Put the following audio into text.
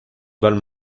balles